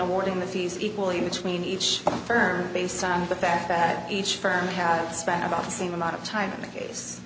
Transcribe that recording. awarding the fees equally between each firm based on the fact that each firm have spent about the same amount of time in the case